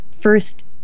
first